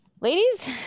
Ladies